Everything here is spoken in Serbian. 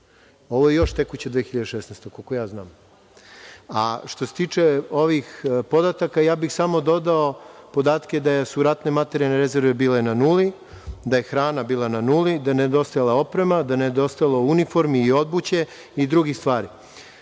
ovo je još tekuća 2016. godina, koliko ja znam. Što se tiče ovih podataka, samo bih dodao podatke da su ratne materijalne rezerve bile na nuli, da je hrana bila na nuli, da je nedostajala oprema, da je nedostajalo uniformi i obuće i drugih stvari.